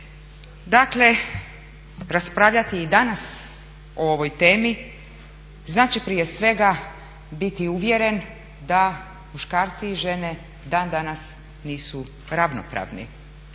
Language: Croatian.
Dakle, raspravljati i danas o ovoj temi znači prije svega biti uvjeren da muškarci i žene i dan danas nisu ravnopravni.